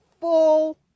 full